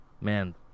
man